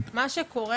מה שקורה,